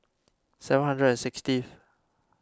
seven hundred and sixtieth